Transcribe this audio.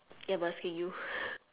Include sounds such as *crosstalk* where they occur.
ya I'm asking you *breath*